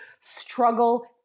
struggle